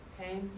Okay